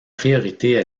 priorités